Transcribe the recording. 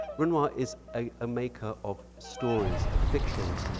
renoir is a ah maker of stories, of fictions.